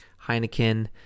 Heineken